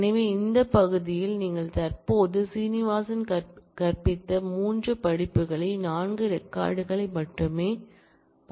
எனவே இந்த பகுதியில் நீங்கள் தற்போது சீனிவாசன் கற்பித்த 3 படிப்புகளை 4 ரெக்கார்ட் களை மட்டுமே பார்க்க முடியும்